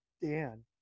Dan